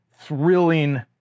thrilling